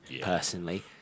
personally